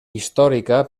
històrica